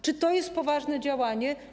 Czy to jest poważne działanie?